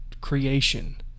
creation